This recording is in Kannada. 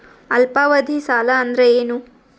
ಅಲ್ಪಾವಧಿ ಸಾಲ ಅಂದ್ರ ಏನು?